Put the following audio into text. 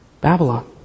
Babylon